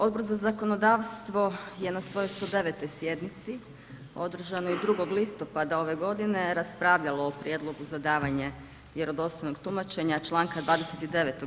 Odbor za zakonodavstvo je na svojoj 109. sjednici održanoj 2. listopada ove godine raspravljalo o Prijedlogu za davanje vjerodostojnog tumačenja članka 29.